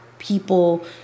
people